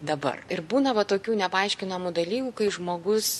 dabar ir būna va tokių nepaaiškinamų dalykų kai žmogus